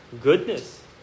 goodness